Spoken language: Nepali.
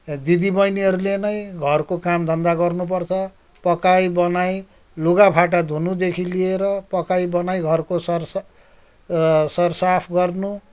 दिदीबहिनीहरूले नै घरको कामधन्दा गर्नुपर्छ पकाइ बनाइ लुगाफाटा धुनुदेखि लिएर पकाइ बनाइ घरको सरसफाइ सरसाफ गर्नु